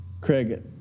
Craig